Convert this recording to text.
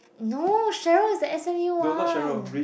no Sharon the S_M_U one